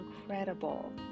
incredible